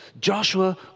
Joshua